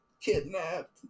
kidnapped